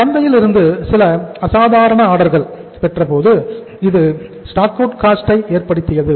சந்தையில் இருந்து சில அசாதாரண ஆர்டர்கள் ஐ ஏற்படுத்தியது